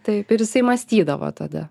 taip ir jisai mąstydavo tada